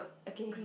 again